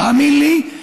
תאמין לי,